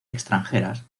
extranjeras